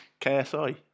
KSI